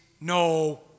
no